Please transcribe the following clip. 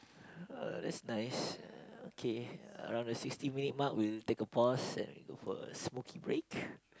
uh that's nice uh okay uh around the sixty minute mark we'll take a pause and we go for a smoky break